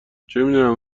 چمیدونم